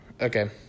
okay